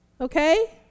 Okay